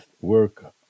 work